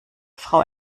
frau